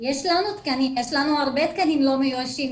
יש לנו תקנים, יש לנו הרבה תקנים לא מאוישים.